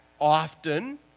often